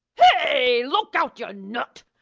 hey, look out, yuh nut!